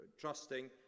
trusting